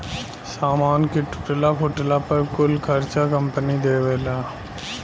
सामान के टूटला फूटला पर कुल खर्चा कंपनी देवेला